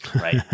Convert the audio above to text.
right